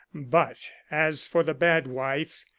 but as for the bad wife,